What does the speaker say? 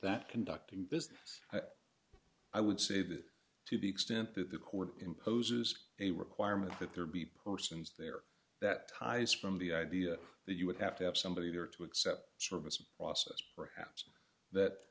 that conducting business i would say that to the extent that the court imposes a requirement that there be persons there that ties from the idea that you would have to have somebody there to accept service of process perhaps that